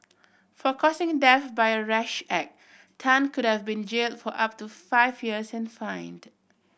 for causing death by a rash act Tan could have been jail for up to five years and fined